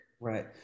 Right